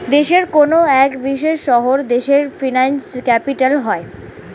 দেশের কোনো এক বিশেষ শহর দেশের ফিনান্সিয়াল ক্যাপিটাল হয়